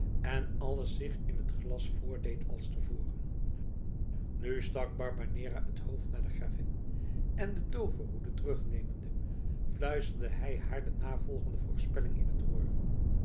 en alles zich in het glas voordeed als te voren nu stak barbanera het hoofd naar de gravin en de tooverroede terugnemende fluisterde hij haar de navolgende voorspelling in t oor